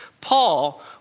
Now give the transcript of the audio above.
Paul